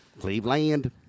Cleveland